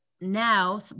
now